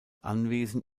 anwesen